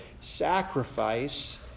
sacrifice